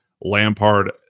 Lampard